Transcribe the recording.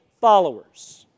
followers